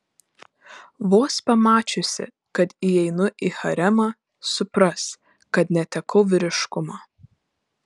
vos pamačiusi kad įeinu į haremą supras kad netekau vyriškumo